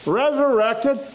resurrected